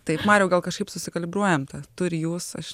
taip mariau gal kažkaip susikalbriuojam tą tu ir jūs aš